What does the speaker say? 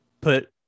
put